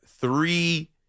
three